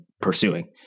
pursuing